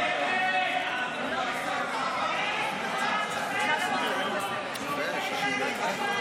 להעביר לוועדה את הצעת חוק שירות חובה לכול,